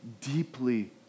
deeply